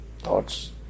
thoughts